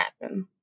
happen